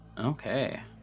Okay